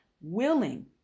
willing